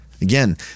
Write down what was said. Again